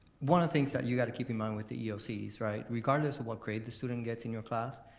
one of the things that you gotta keep in mind with the eocs, regardless of what grade the student gets in your class.